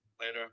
Later